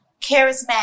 Charismatic